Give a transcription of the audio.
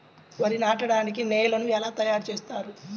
వరి నాటడానికి నేలను ఎలా తయారు చేస్తారు?